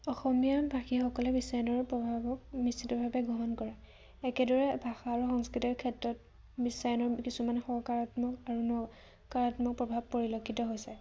অসমীয়া ভাষীসকলে বিশ্বায়নৰ প্ৰভাৱক নিশ্চিতভাৱে গ্ৰহণ কৰে একেদৰে ভাষা আৰু সংস্কৃতিৰ ক্ষেত্ৰত বিশ্বায়নৰ কিছুমান সকাৰাত্মক আৰু নকাৰাত্মক প্ৰভাৱ পৰিলক্ষিত হৈছে